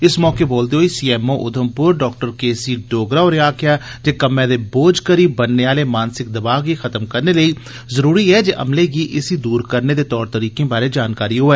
इस मौके बोलदे होई CMO Udhampur doctor K C Dogra होरें आखेआ जे कम्मै दे बोझ करी बनने आह्ले मानसिक दबाव गी खत्म करने लेई जरूरी ऐ जे अमले गी इसी दूर करने दे तौर तरीकें बारै जानकारी होऐ